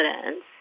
evidence